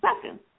second